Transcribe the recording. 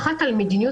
עלייה.